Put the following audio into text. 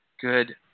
Good